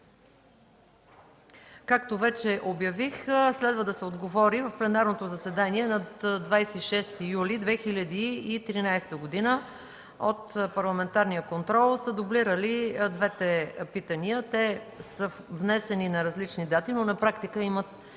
за водните проекти. Следва да се отговори в пленарното заседание на 26 юли 2013 г. От „Парламентарен контрол” са дублирали двете питания. Те са внесени на различни дати, но на практика имат